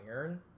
iron